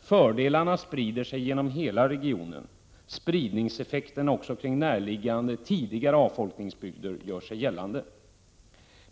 Fördelarna sprider sig inom hela regionen. Spridningseffekterna också kring närliggande tidigare avfolkningsbygder gör sig gällande.